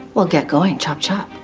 we'll get going. chop chop